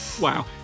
Wow